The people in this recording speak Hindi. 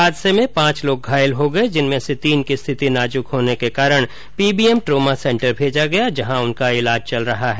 हादसे में पांच लोग घायल हो गये जिनमें से तीन की स्थिति नाजुक होने के कारण पीबीएम ट्रोमा सेंटर भेजा गया जहां उनका इलाज चल रहा है